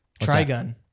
Trigun